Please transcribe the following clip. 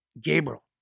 Gabriel